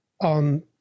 On